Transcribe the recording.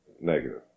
negative